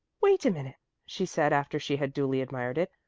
wait a minute, she said after she had duly admired it.